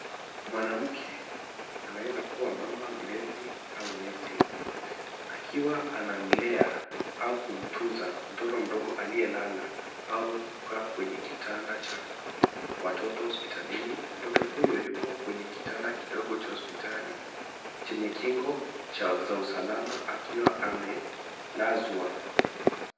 Mwanamke anaweza kuwa mama mlezi au nesi akiwa anamlea au kumtunza mtoto mdogo aliyelala au kukaa kwenye kitanda cha watoto hospitalini. Mtoto huyo yupo kwenye kitanda kidogo cha hospitali chenye kingo za usalama akiwa amelazwa.